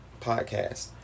podcast